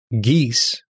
geese